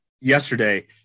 yesterday